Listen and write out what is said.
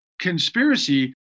conspiracy